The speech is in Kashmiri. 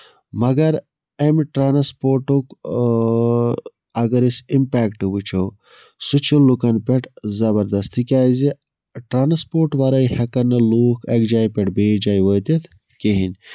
مَگر اَمہِ ٹڑانَسپورٹُک اَگر أسۍ اِمپیکٹ وٕچھو سُہ چھُ لُکَن پٮ۪ٹھ زَبردست تِکیازِ ٹرانَسپورٹ وَرٲے ہٮ۪کَن نہٕ لوٗکھ اَکہِ جایہِ پٮ۪ٹھ بیٚیہِ جایہِ وٲتِتھ کِہیٖنۍ